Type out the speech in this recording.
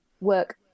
work